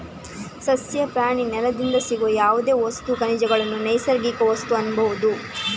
ಸಸ್ಯ, ಪ್ರಾಣಿ, ನೆಲದಿಂದ ಸಿಗುವ ಯಾವುದೇ ವಸ್ತು, ಖನಿಜಗಳನ್ನ ನೈಸರ್ಗಿಕ ವಸ್ತು ಅನ್ಬಹುದು